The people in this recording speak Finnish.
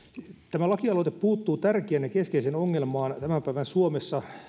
tämä lakialoite puuttuu tärkeään ja keskeiseen ongelmaan tämän päivän suomessa